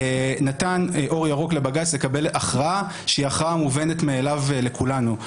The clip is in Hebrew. נתן אור ירוק לבג"ץ לקבל הכרעה שהיא הכרעה מובנת מאליה לכולנו.